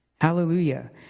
Hallelujah